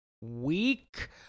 week